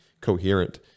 coherent